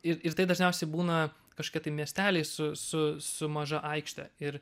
ir ir tai dažniausiai būna kažkokie tai miesteliai su su su maža aikšte ir